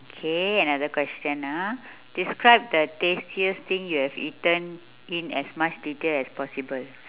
okay another question ah describe the tastiest thing you have eaten in as much detail as possible